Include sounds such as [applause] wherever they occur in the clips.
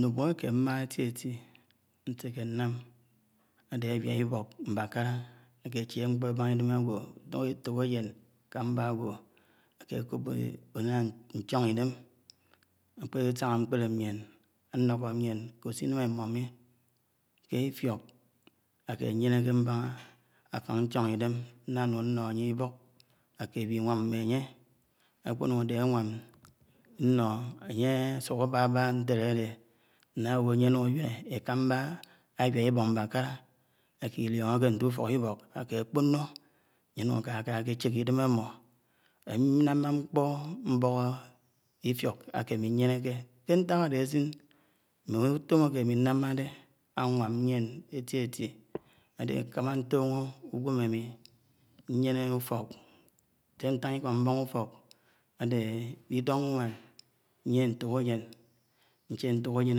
nṉúbéhé áke mmáhá éti éti nse̱ke nnám ade awia ibok mbakara echéké eché nkpọ ebáná idem agwo ntoṉo etok jen emámbá agwo ke ajọbọ unáná nchónidem akpe sáhá akpele mien alókó mien kóp se inám imọ mi ke ifiok áke nneneke mbáná afáng nchọn idém nná nún no anye ibọk áke áwi iwám mme anye akpenuk áde áwám nno ánye ásúk abábá ntéle délé nnáwo ánye anún áwine ekamba awia ibọk mbákálá ajid iliọnọke nte ufok ibọk áke ákpo̱no ánye ánu akáká áke che idém ámo ámi námmá nkpo mboho ifiok ake ami nyeneke ke nták áde ásin nú útọm áke ami námáde áwam yién éti éti ade nkámá ntọhọ ugwem ami nyene ufọk se ntan iko mbaha ufọk áde ido nwán nyie ntokajen, nche ntọkajen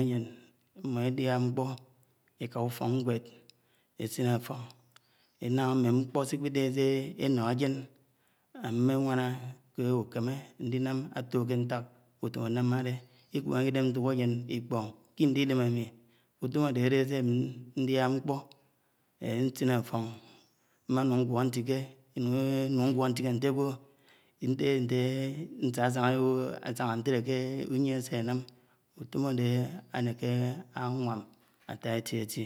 ayen mmọ édia ṉkpo eká ufoknwéd esine áfo inám mme nkpọ sikpide se eno ajén ámm nwáná ke ukémé ndinám ato ke ntak utom ami námá dé ekwénéke ke idem ntokejen ikpọn ké idé idém ami útom ade ade se ami ndia nkpo nsine afọn mmánún ngwo ntike [hesitation] nte ágwi idéhé nte nsá sáhá ewo ásáná ntele uyléh sé anám útom áde áneke áwám atá éti éti